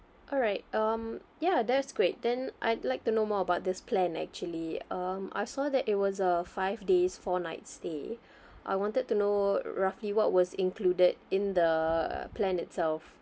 alright um ya that's great then I'd like to know more about this plan actually um I saw that it was a five days four nights stay I wanted to know roughly what was included in the plan itself